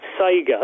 Sega